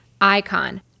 Icon